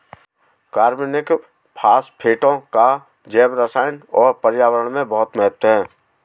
कार्बनिक फास्फेटों का जैवरसायन और पर्यावरण में बहुत महत्व है